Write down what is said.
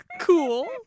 Cool